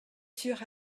sur